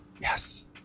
yes